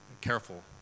Careful